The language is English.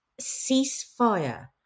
ceasefire